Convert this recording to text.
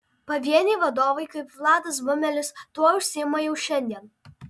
pavieniai vadovai kaip vladas bumelis tuo užsiima jau šiandien